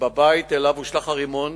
בבית שאליו הושלך הרימון